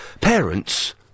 parents